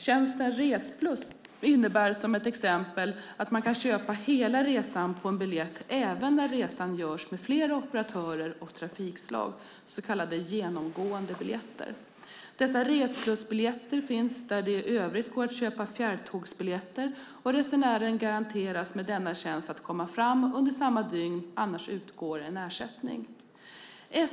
Tjänsten Resplus innebär, som ett exempel, att man kan köpa hela resan på en biljett även när resan görs med flera operatörer och trafikslag, så kallade genomgående biljetter. Dessa Resplusbiljetter finns där det i övrigt går att köpa fjärrtågsbiljetter, och resenären garanteras med denna tjänst att komma fram under samma dygn; annars utgår ersättning.